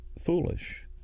foolish